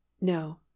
no